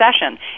session